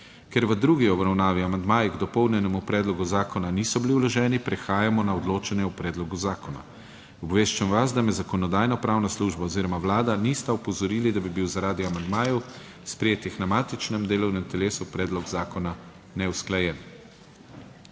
Ker v drugi obravnavi amandmaji k dopolnjenemu predlogu zakona niso bili vloženi, prehajamo na odločanje o predlogu zakona. Obveščam vas, da me Zakonodajno-pravna služba oziroma Vlada nista opozorili, da bi bil zaradi amandmajev sprejetih na matičnem delovnem telesu predlog zakona neusklajen.